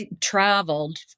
traveled